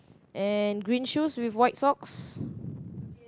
and green shoes with white socks